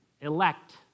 elect